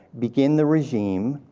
begin the regime.